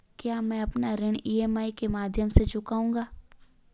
क्या मैं अपना ऋण ई.एम.आई के माध्यम से चुकाऊंगा?